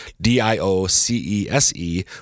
D-I-O-C-E-S-E